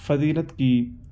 فضیلت کی